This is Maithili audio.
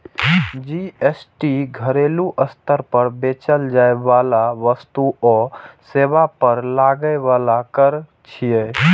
जी.एस.टी घरेलू स्तर पर बेचल जाइ बला वस्तु आ सेवा पर लागै बला कर छियै